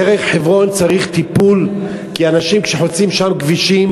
דרך חברון צריכה טיפול כי האנשים שחוצים שם כבישים,